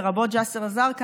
לרבות ג'יסר א-זרקא,